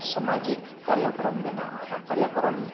ᱥᱟᱢᱟᱡᱤᱠ ᱠᱟᱨᱡᱚᱠᱨᱚᱢ ᱢᱮᱱᱟᱜᱼᱟ ᱚᱱᱟ ᱠᱟᱨᱡᱚᱠᱨᱚᱢ